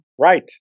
Right